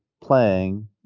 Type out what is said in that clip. playing